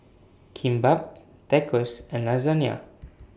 Kimbap Tacos and Lasagna